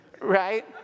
Right